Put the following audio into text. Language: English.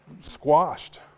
squashed